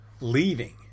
leaving